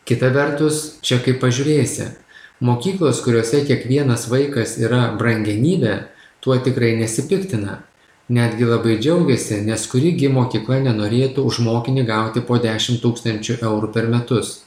kita vertus čia kaip pažiūrėsi mokyklos kuriose kiekvienas vaikas yra brangenybė tuo tikrai nesipiktina netgi labai džiaugiasi nes kuri gi mokykla nenorėtų už mokinį gauti po dešim tūkstančių eurų per metus